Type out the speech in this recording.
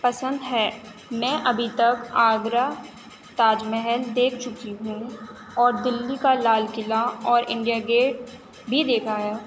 پسند ہے میں ابھی تک آگرہ تاج محل دیکھ چُکی ہوں اور دلّی کا لال قلعہ اور انڈیا گیٹ بھی دیکھا ہے